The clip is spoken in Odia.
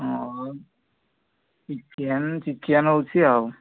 ହଁ ଚିକେନ୍ ଚିକେନ୍ ହେଉଛି ଆଉ